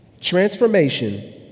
Transformation